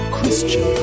Christian